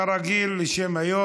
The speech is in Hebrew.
כרגיל היום,